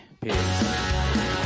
Peace